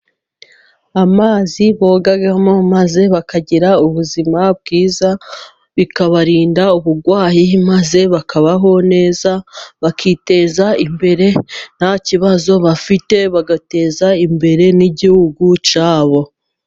Amazi bogamo maze bakagira ubuzima bwiza, bikabarinda uburwayi maze bakabaho neza, bakiteza imbere nta kibazo bafite bagateza imbere n'igihugu cyabo.